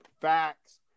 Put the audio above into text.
Facts